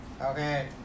Okay